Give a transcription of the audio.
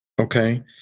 okay